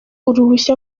uruhushya